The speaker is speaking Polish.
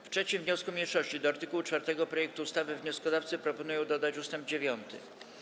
W 3. wniosku mniejszości do art. 4 projektu ustawy wnioskodawcy proponują dodać ust. 9.